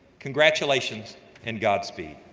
congratulations and godspeed.